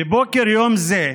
בבוקר יום זה,